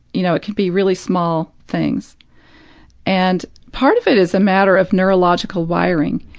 you know, it could be really small things and part of it is a matter of neurological wiring,